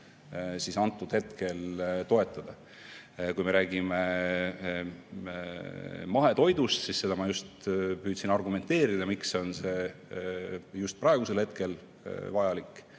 sektorit hetkel toetada. Kui me räägime mahetoidust, siis seda ma püüdsin argumenteerida, miks on see just praegu vajalik